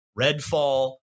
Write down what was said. Redfall